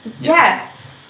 Yes